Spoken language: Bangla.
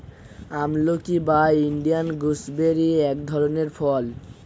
আমলকি বা ইন্ডিয়ান গুসবেরি এক ধরনের ফল